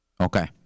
Okay